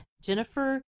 Jennifer